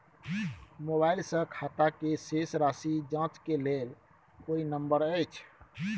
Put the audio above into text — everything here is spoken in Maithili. मोबाइल से खाता के शेस राशि जाँच के लेल कोई नंबर अएछ?